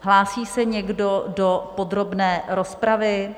Hlásí se někdo do podrobné rozpravy?